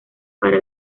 para